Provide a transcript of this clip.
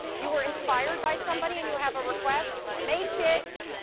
you were inspired by somebody and you have a request? make it!